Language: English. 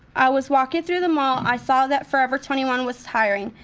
i was walking through the mall. i saw that forever twenty one was hiring,